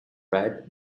red